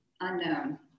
unknown